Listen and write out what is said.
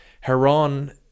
Heron